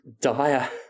dire